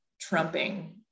trumping